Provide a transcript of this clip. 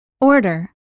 Order